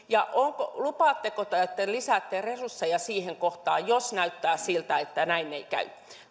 ja lupaatteko te että te lisäätte resursseja siihen kohtaan jos näyttää siltä että näin ei käy